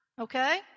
Okay